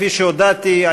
כפי שהודעתי,